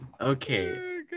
Okay